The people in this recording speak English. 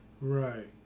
Right